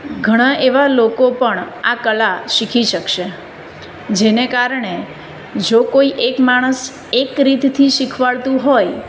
ઘણા એવા લોકો પણ આ કલા શીખી શકશે જેને કારણે જો કોઈ એક માણસ એક રીતથી શિખવાડતું હોય